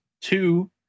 two